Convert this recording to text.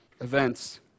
events